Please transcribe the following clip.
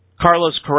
Carlos